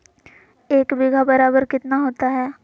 एक बीघा बराबर कितना होता है?